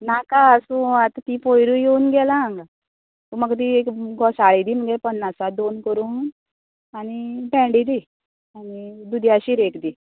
नाका आसू आतां ती पयरू येवन गेला हांगा म्हाका ती एक घोसाळी दी मगे पन्नासा दोन करून आनी भेंडे दी आनी दुदया शीर एक दी